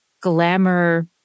glamour